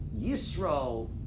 Yisro